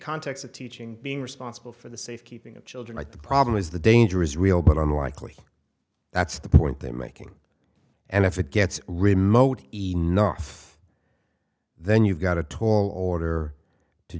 context of teaching being responsible for the safe keeping of children like the problem is the danger is real but unlikely that's the point they make and if it gets remote enough then you've got a tall order to